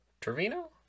Trevino